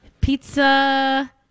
Pizza